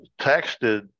texted